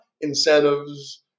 incentives